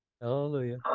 Hallelujah